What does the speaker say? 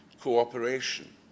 Cooperation